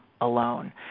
alone